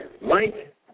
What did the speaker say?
Mike